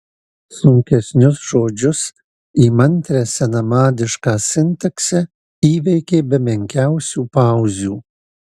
sunkesnius žodžius įmantrią senamadišką sintaksę įveikė be menkiausių pauzių